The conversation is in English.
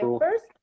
first